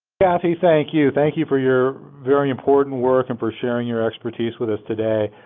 kathy, thank you, thank you for your very important work and for sharing your expertise with us today.